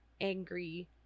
angry